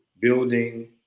building